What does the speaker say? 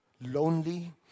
lonely